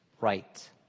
right